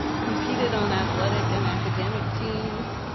competed on athletic and academic teams,